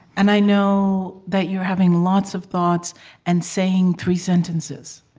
and i know that you're having lots of thoughts and saying three sentences.